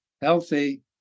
healthy